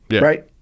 Right